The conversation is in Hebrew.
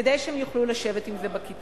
כדי שהם יוכלו לשבת עם זה בכיתה.